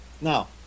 Now